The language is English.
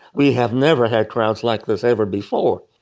we have never had crowds like this ever before.